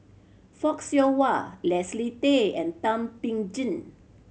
Fock Siew Wah Leslie Tay and Thum Ping Tjin